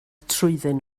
trwyddyn